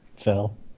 Phil